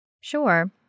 Sure